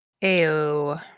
Ew